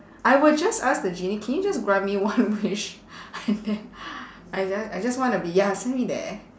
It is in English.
I would just ask the genie can you just grant me one wish and then I just I just want to be ya send me there